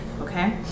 okay